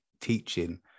teaching